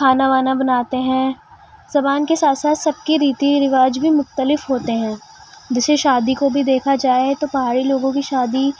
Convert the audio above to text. کھانا وانا بناتے ہیں زبان کے ساتھ ساتھ سب کے ریتی رواج بھی مختلف ہوتے ہیں جیسے شادی کو بھی دیکھا جائے تو پہاڑی لوگوں کی شادی